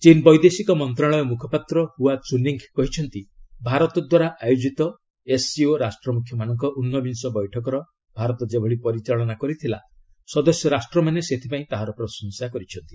ଚୀନ୍ ବୈଦେଶିକ ମନ୍ତ୍ରଣାଳୟ ମୁଖପାତ୍ର ହୁଆ ଚୁନିଙ୍ଗ୍ କହିଛନ୍ତି ଭାରତଦ୍ୱାରା ଆୟୋଜିତ ଏସ୍ସିଓ ରାଷ୍ଟ୍ରମୁଖ୍ୟମାନଙ୍କ ଊନବିଂଶ ବୈଠକର ଭାରତ ଯେଭଳି ପରିଚାଳନା କରିଥିଲା ସଦସ୍ୟ ରାଷ୍ଟ୍ରମାନେ ତାହାର ପ୍ରଶଂସା କରିଛନ୍ତି